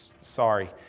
sorry